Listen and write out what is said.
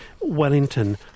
wellington